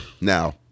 now